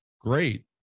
great